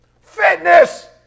Fitness